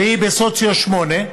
והיא בסוציו 8,